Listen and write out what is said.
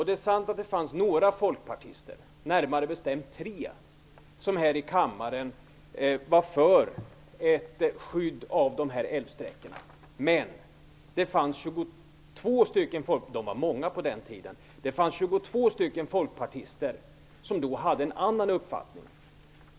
Det är sant att det fanns några folkpartister, närmare bestämt 3, som här i kammaren var för ett skydd av älvsträckorna. Men det fanns 22 folkpartister - de var många på den tiden - som då hade en annan uppfattning.